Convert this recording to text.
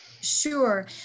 Sure